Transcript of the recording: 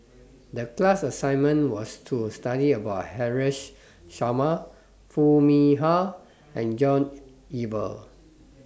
The class assignment was to study about Haresh Sharma Foo Mee Har and John Eber